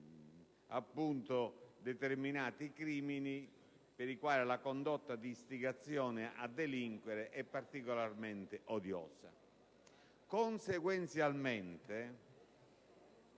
determinati crimini per i quali la condotta di istigazione a delinquere è particolarmente odiosa.